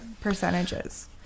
percentages